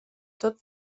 tot